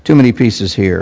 too many pieces here